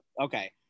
Okay